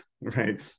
right